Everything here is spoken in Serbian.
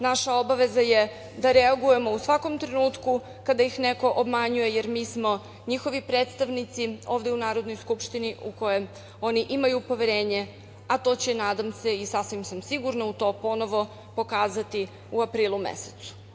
Naša je obaveza da reagujemo u svakom trenutku kada ih neko obmanjuje, jer mi smo njihovi predstavnici ovde u Narodnoj skupštini, a u koju oni imaju poverenje, a to će, nadam se, sasvim sam sigurna u to ponovo pokazati u aprilu mesecu.